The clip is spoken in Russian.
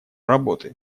работы